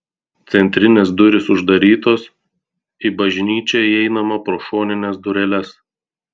centrinės durys uždarytos į bažnyčią įeinama pro šonines dureles